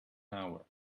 hour